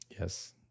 Yes